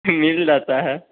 मिल जाता है